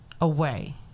away